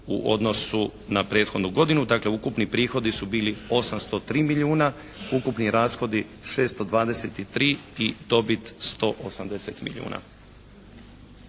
u odnosu na prethodnu godinu. Dakle ukupni prihodi su bili 803 milijuna, ukupni rashodi 623 i dobit 180 milijuna.